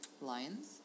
lions